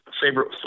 favorite